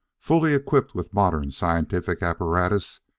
fully equipped with modern scientific apparatus,